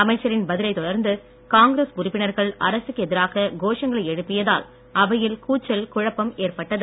அமைச்சரின் பதிலைத் தொடர்ந்து காங்கிரஸ் உறுப்பினர்கள் அரசுக்கு எதிராக கோஷங்களை எழுப்பியதால் அவையில் கூச்சல் குழப்பம் ஏற்பட்டது